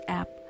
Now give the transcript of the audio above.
app